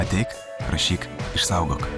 ateik rašyk išsaugok